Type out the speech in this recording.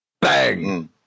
Bang